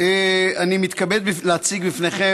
אין מתנגדים.